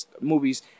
movies